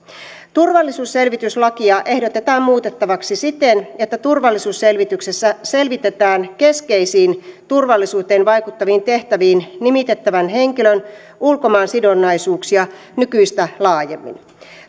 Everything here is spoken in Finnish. turvallisuusselvityslakia ehdotetaan muutettavaksi siten että turvallisuusselvityksessä selvitetään keskeisiin turvallisuuteen vaikuttaviin tehtäviin nimitettävän henkilön ulkomaansidonnaisuuksia nykyistä laajemmin